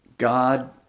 God